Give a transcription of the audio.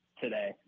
Today